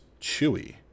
chewy